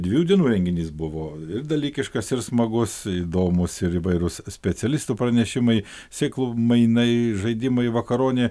dviejų dienų renginys buvo dalykiškas ir smagus įdomūs ir įvairūs specialistų pranešimai sėklų mainai žaidimai vakaronė